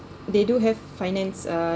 they do have finance uh